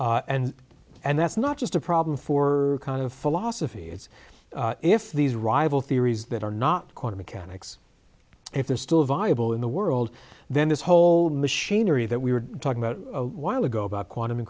and and that's not just a problem for kind of philosophy it's if these rival theories that are not quantum mechanics if they're still viable in the world then this whole machinery that we were talking about a while ago about quantum